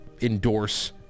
endorse